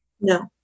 No